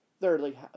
Thirdly